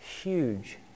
huge